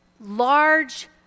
Large